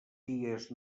dies